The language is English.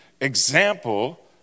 example